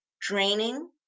draining